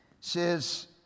says